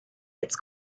its